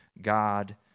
God